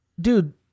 dude